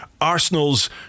Arsenal's